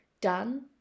done